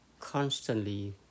constantly